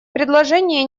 предложения